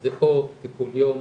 זה פה טיפול יום,